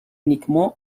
uniquement